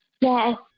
Yes